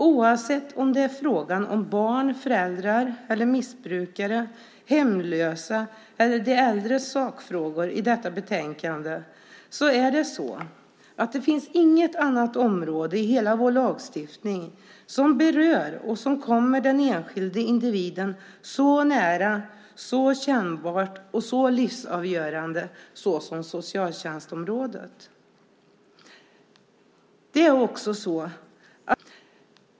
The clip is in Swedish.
Oavsett om det är fråga om barn, föräldrar, missbrukare, hemlösa eller de äldre i detta betänkande finns det inget annat område i hela vår lagstiftning som berör och kommer den enskilde individen så nära och är så kännbart och så livsavgörande som socialtjänstområdet.